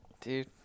Dude